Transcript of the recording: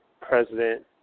president